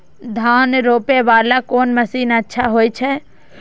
धान रोपे वाला कोन मशीन अच्छा होय छे?